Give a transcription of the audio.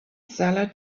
seller